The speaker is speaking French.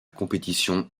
compétition